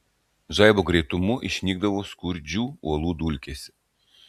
žaibo greitumu išnykdavo skurdžių uolų dulkėse